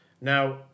Now